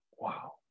Wow